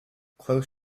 close